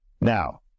Now